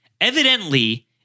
evidently